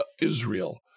Israel